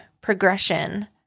progression